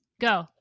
go